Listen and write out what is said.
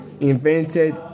invented